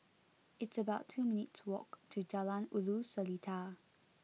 it's about two minutes' walk to Jalan Ulu Seletar